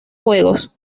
juegos